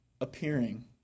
appearing